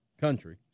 country